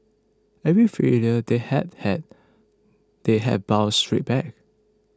every failure they have had they have bounced straight back